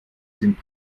sind